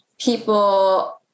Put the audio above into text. people